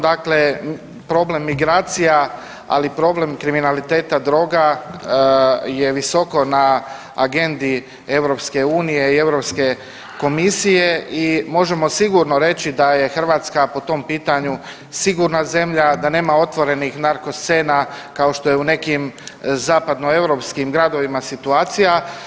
Dakle, problem migracija, ali i problem kriminaliteta droga je visoko na agendi EU i Europske komisije i možemo sigurno reći da je Hrvatska po tom pitanju sigurna zemlja da nema otvorenih narko scena kao što je u nekim zapadnoeuropskim gradovima situacija.